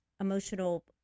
emotional